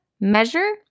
measure